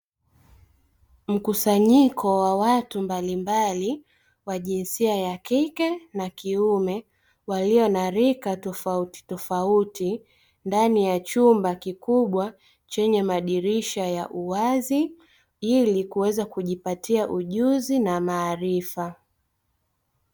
Mkusanyiko wa watu mbalimbali wa jinsia ya kike na kiume walio na rika tofautitofauti, ndani ya chumba kikubwa chenye madirisha ya uwazi; ili kuweza kujipatia ujuzi na maarifa.